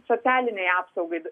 socialinei apsaugai